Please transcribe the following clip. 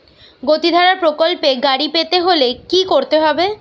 গতিধারা প্রকল্পে গাড়ি পেতে হলে কি করতে হবে?